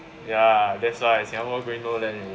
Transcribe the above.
ya that's why singapore going no land already